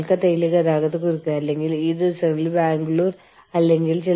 അറിവിന്റെ ഒരു കഷണം സൃഷ്ടിച്ച ഒരു വ്യക്തിക്ക് എല്ലായ്പ്പോഴും അർഹമായ ക്രെഡിറ്റ് നൽകണം